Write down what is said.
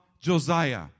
Josiah